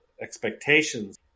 expectations